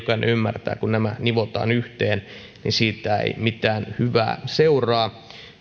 ymmärtää kun nämä nivotaan yhteen niin siitä ei mitään hyvää seuraa